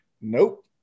nope